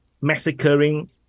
massacring